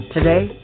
Today